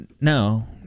No